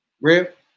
Rip